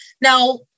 now